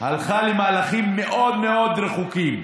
היא הלכה למהלכים מאוד מאוד רחוקים,